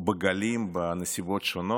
בגלים בנסיבות שונות,